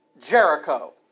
Jericho